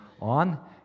on